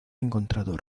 encontrado